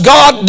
God